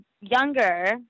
younger